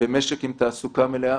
במשק עם תעסוקה מלאה.